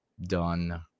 done